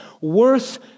worth